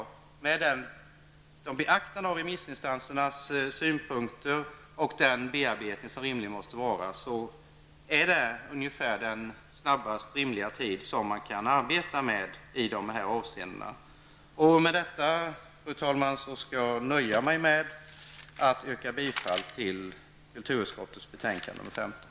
Med beaktande av remissinstansernas synpunkter och den bearbetning som rimligen måste ske är det, menar jag, en acceptabel tidpunkt i dessa avseenden. Med detta, fru talman, nöjer jag mig med att yrka bifall till hemställan i kulturutskottets betänkande 15.